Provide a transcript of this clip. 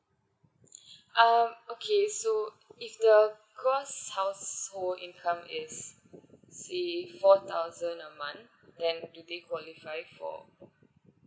um okay so if the gross household income is say four thousand a month then do they qualify for